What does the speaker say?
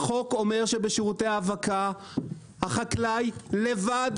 החוק אומר שבשירותי האבקה החקלאי לבד